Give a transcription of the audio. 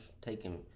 taking